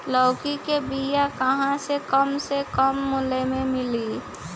लौकी के बिया कहवा से कम से कम मूल्य मे मिली?